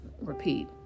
repeat